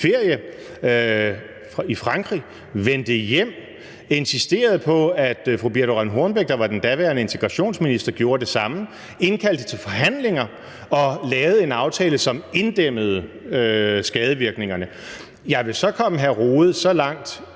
ferie i Frankrig, vendte hjem, insisterede på, at fru Birthe Rønn Hornbech, der var den daværende integrationsminister, gjorde det samme, indkaldte til forhandlinger og lavede en aftale, som inddæmmede skadevirkningerne. Jeg vil så komme hr. Jens Rohde så langt